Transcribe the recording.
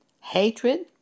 hatred